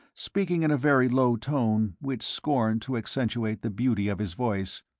speaking in a very low tone which scorned to accentuate the beauty of his voice,